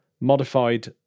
modified